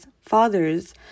fathers